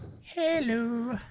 Hello